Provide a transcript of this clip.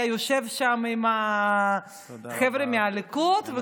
שהיה יושב שם עם החבר'ה מהליכוד.